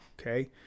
Okay